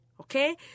Okay